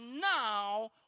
now